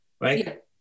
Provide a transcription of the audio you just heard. right